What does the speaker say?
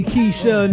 Keisha